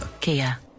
Kia